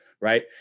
right